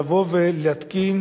לבוא ולהתקין